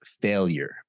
failure